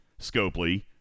Scopely